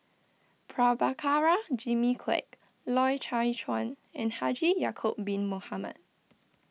Prabhakara Jimmy Quek Loy Chye Chuan and Haji Ya'Acob Bin Mohamed